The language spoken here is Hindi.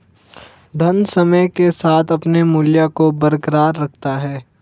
धन समय के साथ अपने मूल्य को बरकरार रखता है